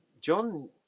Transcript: John